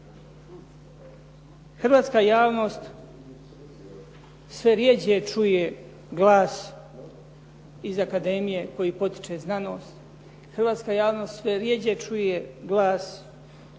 Hrvatska javnosti sve rjeđe čuje glas iz akademije koji potiče znanost, hrvatska javnost sve rjeđe čuje glas koji će izrađivati